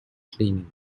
cleaning